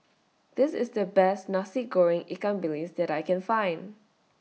This IS The Best Nasi Goreng Ikan Bilis that I Can Find